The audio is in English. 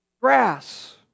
grass